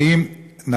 האם, מי כתב את זה?